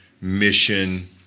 mission